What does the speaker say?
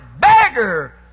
Beggar